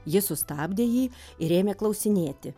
ji sustabdė jį ir ėmė klausinėti